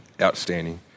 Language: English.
outstanding